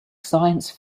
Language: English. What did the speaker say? science